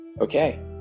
Okay